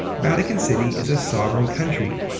vatican city is a sovereign country.